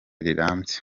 rirambye